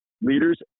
Leaders